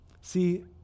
See